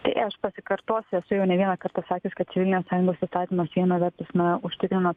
tai aš pasikartosiu esu jau ne vieną kartą sakius kad čia ne sąjungos įstatymas viena vertus na užtikrina